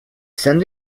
send